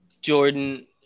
Jordan